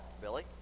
Billy